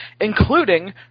Including